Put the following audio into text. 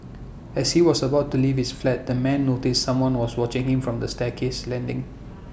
as he was about to leave his flat the man noticed someone was watching him from the staircase landing